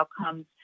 outcomes